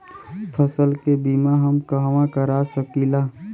फसल के बिमा हम कहवा करा सकीला?